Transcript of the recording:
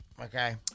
Okay